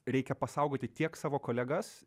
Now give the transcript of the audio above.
reikia pasaugoti tiek savo kolegas